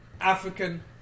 African